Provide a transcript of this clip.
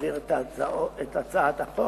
להעביר את הצעת החוק